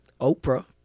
Oprah